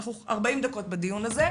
ואנחנו 40 דקות בדיון הזה,